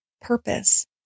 purpose